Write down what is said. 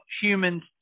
humans